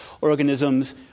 Organisms